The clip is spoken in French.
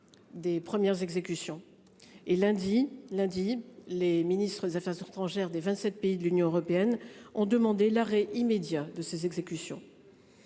Des premières exécutions et lundi, lundi, les ministres des Affaires sur étrangères des 27 pays de l'Union européenne ont demandé l'arrêt immédiat de ces exécutions.